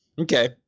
Okay